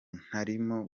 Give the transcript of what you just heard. ntarimo